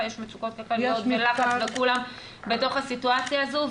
יש מצוקות כלכליות ולחץ וכולם בתוך הסיטואציה הזו.